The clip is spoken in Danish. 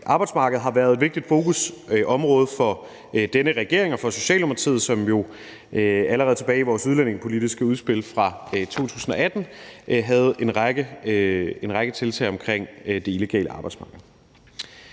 arbejdsmarked har været et vigtigt fokusområde for denne regering og for Socialdemokratiet, som jo allerede tilbage i vores udlændingepolitiske udspil fra 2018 havde en række tiltag omkring det illegale arbejdsmarked.